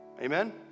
Amen